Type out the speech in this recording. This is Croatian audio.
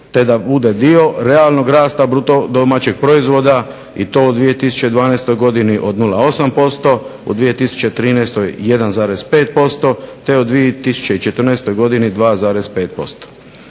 te da bude dio realnog rasta bruto domaćeg proizvoda i to u 2012. godini od 0,8%, u 2013. 1,5% te u 2014. godini 2,5%.